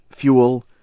fuel